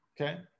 okay